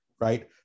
right